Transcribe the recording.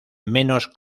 menos